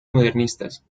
modernistas